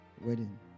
wedding